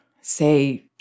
say